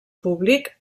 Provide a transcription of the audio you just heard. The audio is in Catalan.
públic